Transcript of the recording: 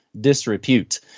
disrepute